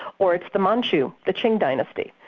or it's the manchu, the qing dynasty.